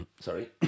Sorry